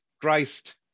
Christ